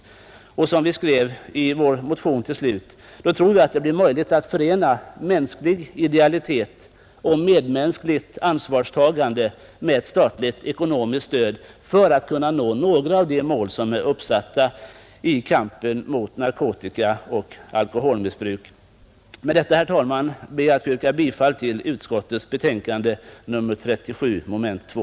Såsom vi skrev i vår motion tror jag att det blir möjligt att förena mänsklig idealitet och medmänskligt ansvarstagande med ett statligt ekonomiskt stöd för att uppnå några av de mål som är uppsatta i kampen mot narkotikaoch alkoholmissbruk. Med detta, herr talman, ber jag att få yrka bifall till utskottets hemställan under punkten 37, moment 2.